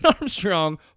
Armstrong